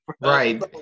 Right